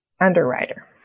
Underwriter